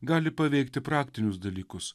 gali paveikti praktinius dalykus